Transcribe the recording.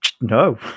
No